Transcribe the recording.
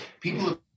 people